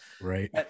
Right